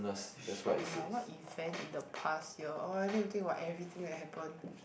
shock lah what event in the past year oh I need to think of everything that happened